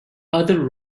other